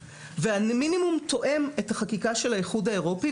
והמינימום תואם את החקיקה של האיחוד האירופי.